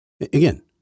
Again